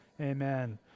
amen